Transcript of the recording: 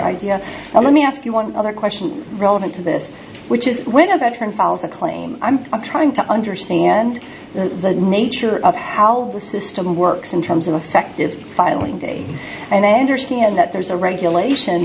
well let me ask you one other question relevant to the which is when a veteran files a claim i'm trying to understand the nature of how the system works in terms of effective filing date and i understand that there's a regulation